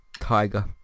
tiger